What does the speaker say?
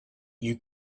you